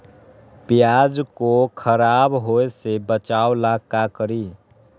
प्याज को खराब होय से बचाव ला का करी?